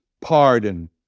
pardon